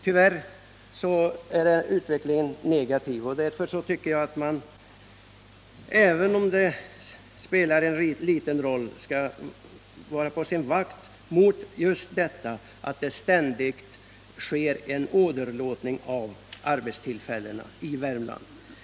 Tyvärr är utvecklingen negativ, och därför tycker jag att man —- även om den här tillverkningen spelar en liten roll — skall vara på sin vakt just mot att det ständigt sker en åderlåtning av arbetstillfällena i Värmland.